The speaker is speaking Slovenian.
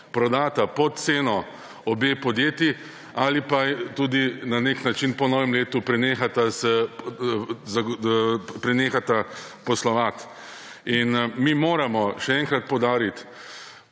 prodata pod ceno obe podjetji ali pa tudi na nek način po novem letu prenehata poslovati. Mi moramo, še enkrat poudarjam,